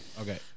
Okay